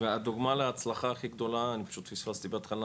והדוגמא להצלחה הכי גדולה אני פשוט פספסתי בהתחלה